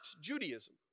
Judaism